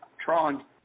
Tron